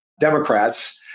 Democrats